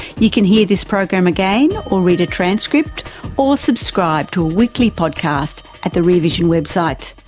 you can hear this program again or read a transcript or subscribe to a weekly podcast at the rear vision website.